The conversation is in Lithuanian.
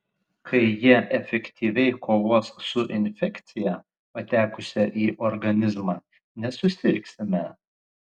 kai jie efektyviai kovos su infekcija patekusia į organizmą nesusirgsime